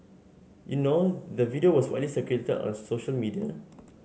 you know the video was widely circulated on social media